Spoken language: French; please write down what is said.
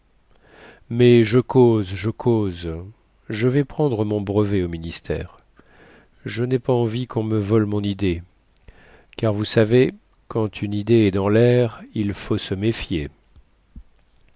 mais je cause je cause je vais prendre mon brevet au ministère je nai pas envie quon me vole mon idée car vous savez quand une idée est dans lair il faut se méfier